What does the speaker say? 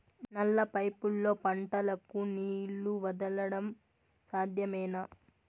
నల్ల పైపుల్లో పంటలకు నీళ్లు వదలడం సాధ్యమేనా?